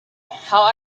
how